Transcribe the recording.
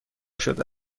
شده